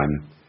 time